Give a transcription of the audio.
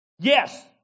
Yes